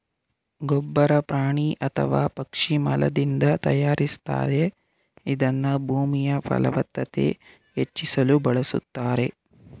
ಗೊಬ್ಬರ ಪ್ರಾಣಿ ಅಥವಾ ಪಕ್ಷಿ ಮಲದಿಂದ ತಯಾರಿಸ್ತಾರೆ ಇದನ್ನ ಭೂಮಿಯಫಲವತ್ತತೆ ಹೆಚ್ಚಿಸಲು ಬಳುಸ್ತಾರೆ